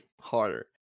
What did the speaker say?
harder